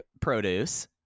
produce